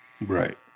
Right